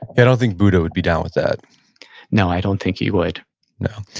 i don't think buddha would be down with that no, i don't think he would no.